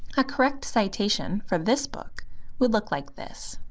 a correct citation for this book would look like this.